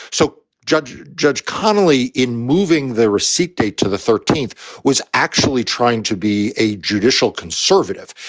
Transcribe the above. so judge judge connolly, in moving the receipt date to the thirteenth, was actually trying to be a judicial conservative.